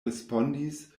respondis